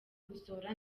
gusohora